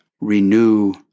Renew